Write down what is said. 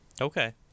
Okay